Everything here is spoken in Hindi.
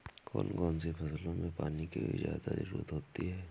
कौन कौन सी फसलों में पानी की ज्यादा ज़रुरत होती है?